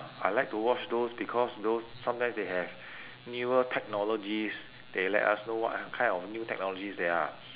ah I like to watch those because those sometimes they have newer technologies they let us know what kind of new technologies there are